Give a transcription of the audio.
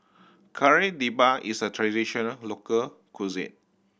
Kari Debal is a traditional local cuisine